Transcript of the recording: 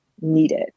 needed